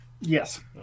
Yes